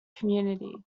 community